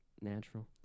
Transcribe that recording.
natural